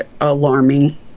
alarming